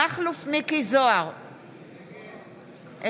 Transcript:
מכלוף מיקי זוהר, נגד